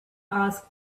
asked